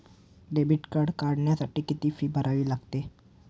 Debit card काढण्यासाठी किती fee भरावी लागते?